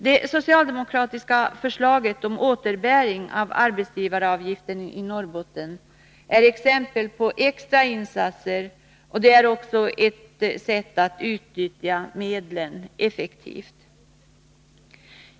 Det socialdemokratiska förslaget om återbäring av arbetsgivaravgifter i Norrbotten är exempel på extra insatser, och det är också ett sätt att utnyttja medlen effektivt.